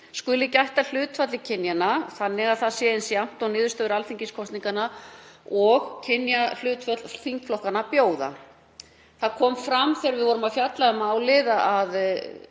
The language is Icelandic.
skuli gætt að hlutfalli kynjanna þannig að það sé eins jafnt og niðurstöður alþingiskosninga og kynjahlutföll þingflokkanna bjóða. Það kom fram þegar við fjölluðum um málið að